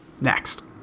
Next